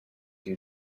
due